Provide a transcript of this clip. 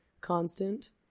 constant